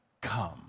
come